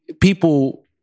people